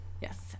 Yes